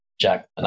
Jack